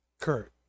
Kurt